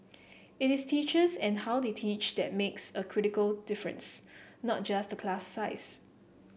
it is teachers and how they teach that makes a critical difference not just the class size